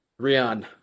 Rian